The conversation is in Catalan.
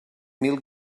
mil